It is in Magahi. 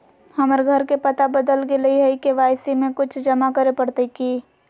हमर घर के पता बदल गेलई हई, के.वाई.सी में कुछ जमा करे पड़तई की?